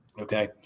Okay